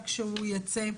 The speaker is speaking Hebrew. הם לא מוכנים לתת שיקום.